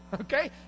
Okay